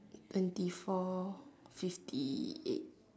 twenty four fifty eight